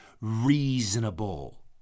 reasonable